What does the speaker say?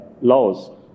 laws